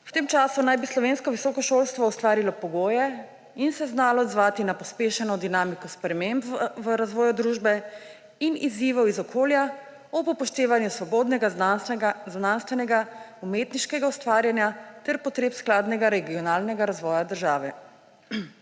V tem času naj bi slovensko visoko šolstvo ustvarilo pogoje in se znalo odzvati na pospešeno dinamiko sprememb v razvoju družbe in izzivov iz okolja ob upoštevanju svobodnega znanstvenega, umetniškega ustvarjanja ter potreb skladnega regionalnega razvoja države.